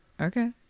okay